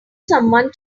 someone